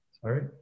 sorry